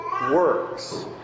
works